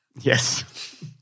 yes